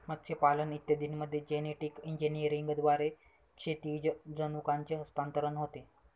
मत्स्यपालन इत्यादींमध्ये जेनेटिक इंजिनिअरिंगद्वारे क्षैतिज जनुकांचे हस्तांतरण होते